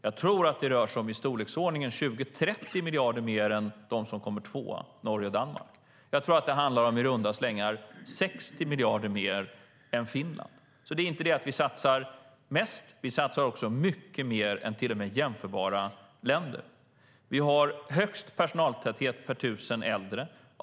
Jag tror att det rör sig om i storleksordningen 20-30 miljarder mer än hos dem som kommer tvåa, Norge och Danmark. Jag tror att det handlar om, i runda slängar, 60 miljarder mer än Finland. Vi satsar inte bara mest; vi satsar också mycket mer än jämförbara länder. Av de jämförbara länderna har vi högst personaltäthet per tusen äldre.